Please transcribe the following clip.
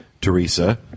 Teresa